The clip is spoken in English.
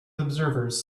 observers